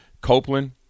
Copeland